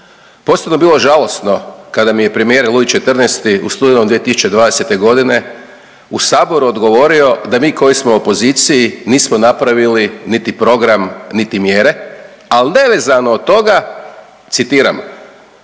Posebno je bilo žalosno kada mi je premijer Luj XIV u studenom 2020. godine u saboru odgovorio da mi koji smo u opoziciji nismo napravili niti program, niti mjere, ali nevezano od toga, citiram,